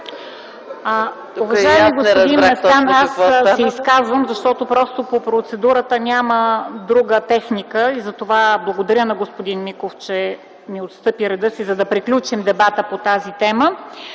Уважаеми господин Местан, аз се изказвам, защото по процедурата няма друга техника. Затова благодаря на господин Миков, че ми отстъпи, за да приключим дебата по тази тема.